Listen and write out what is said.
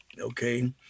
okay